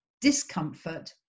discomfort